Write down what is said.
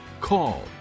call